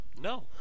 No